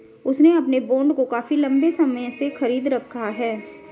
उसने अपने बॉन्ड को काफी लंबे समय से खरीद रखा है